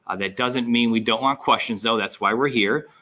ah that doesn't mean we don't want questions though. that's why we're here.